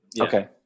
Okay